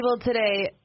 today